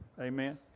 amen